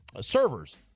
servers